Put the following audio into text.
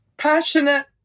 Passionate